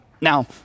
Now